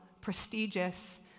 prestigious